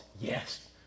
Yes